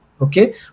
okay